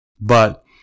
but-